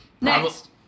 Next